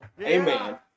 Amen